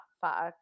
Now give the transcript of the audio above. fuck